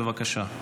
בבקשה.